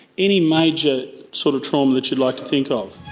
any major sort of trauma that you'd like to think of.